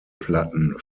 platten